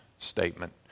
statement